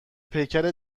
پیکر